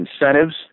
incentives